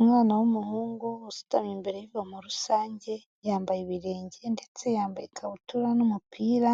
Umwana w'umuhungu, ubusutamye imbere y'ivomo rusange, yambaye ibirenge, ndetse yambaye ikabutura n'umupira,